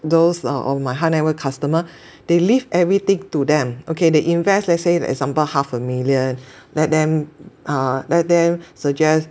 those err on my high network customer they leave everything to them okay they invest let's say example half a million let them err let them suggest